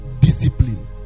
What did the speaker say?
Discipline